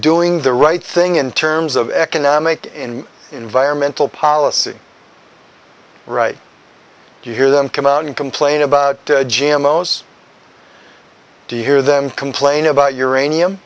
doing the right thing in terms of economic and environmental policy right you hear them come out and complain about g m o's do you hear them complain about uranium